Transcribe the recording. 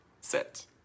sit